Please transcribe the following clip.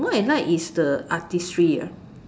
what I like is the artistry ah